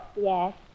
Yes